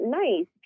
nice